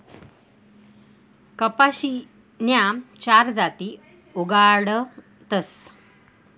कपाशीन्या चार जाती उगाडतस